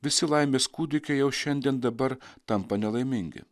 visi laimės kūdikiai jau šiandien dabar tampa nelaimingi